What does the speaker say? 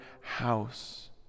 house